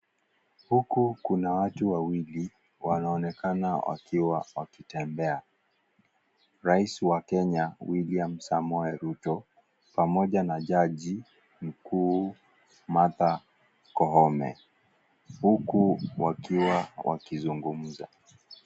Huku kuna watu wawili wanaonekana wakiwa wakitembea, Rais wa Kenya William Samoei Ruto pamoja na Jaji Mkuu Martha Koome huku wakiwa wakizungumza.